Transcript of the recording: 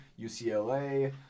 UCLA